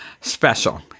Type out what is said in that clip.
special